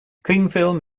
clingfilm